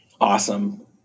Awesome